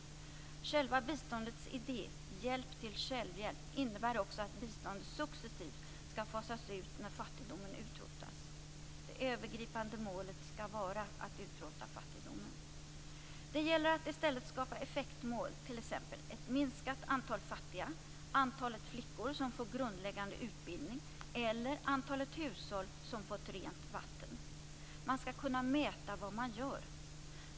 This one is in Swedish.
Själva biståndets idé - hjälp till självhjälp - innebär också att biståndet successivt skall fasas ut när fattigdomen utrotas. Det övergripande målet skall vara att utrota fattigdomen. Det gäller att i stället skapa effektmål, t.ex. ett minskat antal fattiga, antalet flickor som fått grundläggande utbildning eller antalet hushåll som fått rent vatten. Man skall kunna mäta vad man gör.